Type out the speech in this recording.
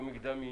הבעלים,